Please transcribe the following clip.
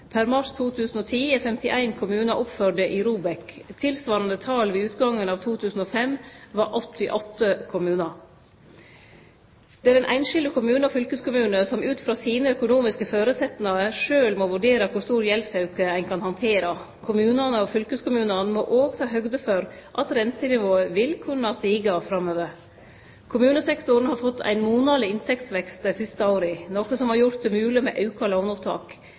Per mars 2010 er 51 kommunar oppførte i ROBEK. Tilsvarande tal ved utgangen av 2005 var 88 kommunar. Det er den einskilde kommunen og fylkeskommunen som ut frå sine økonomiske føresetnader sjølv må vurdere kor stor gjeldsauke ein kan handtere. Kommunane og fylkeskommunane må òg ta høgde for at rentenivået vil kunne stige framover. Kommunesektoren har fått ein monaleg inntektsvekst dei siste åra, noko som har gjort det mogleg med auka